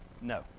No